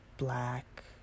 Black